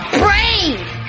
brave